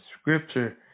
scripture